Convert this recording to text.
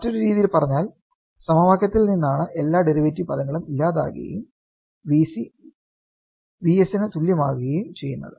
മറ്റൊരു രീതിയിൽ പറഞ്ഞാൽ സമവാക്യത്തിൽ നിന്നാണ് എല്ലാ ഡെറിവേറ്റീവ് പദങ്ങളും ഇല്ലാതാകുകയും V c V s ന് തുല്യമാവുകയും ചെയുന്നത്